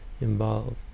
involved